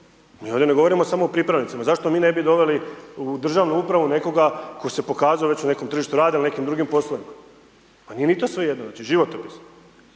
mi ovdje ne govorimo samo o pripravnicima, zašto mi ne bi doveli u državnu upravu nekoga ko se pokazao već u nekom tržištu rada il u nekim drugim poslovima, pa nije ni to svejedno znači životopis,